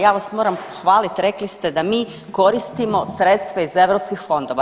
Ja vas moram pohvaliti, rekli ste da mi koristimo sredstva iz EU fondova.